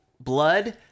blood